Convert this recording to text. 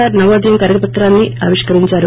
are నవోదయం కరపత్రాన్ని ఆవిష్కరిందారు